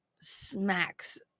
smacks